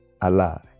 allah